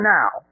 now